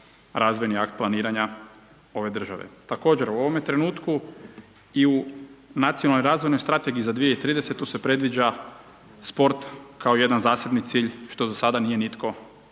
razvojni akt planiranja ove države. Također, u ovome trenutku i u nacionalnoj razvojnoj strategiji za 2030. se predviđa sport kao jedan zaseban cilj što do sada nije nitko